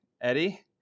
Eddie